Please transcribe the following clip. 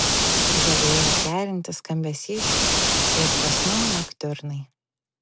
žavėjo kerintis skambesys ir prasmių noktiurnai